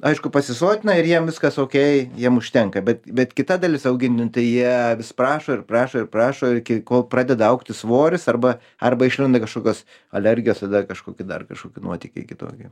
aišku pasisotina ir jiem viskas okei jiem užtenka bet bet kita dalis augintinių tai jie vis prašo ir prašo ir prašo ir iki ko pradeda augti svoris arba arba išlenda kažkokios alergijos ar dar kažkoki dar kažkoki nuotykiai kitokie